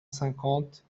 cinquante